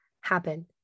happen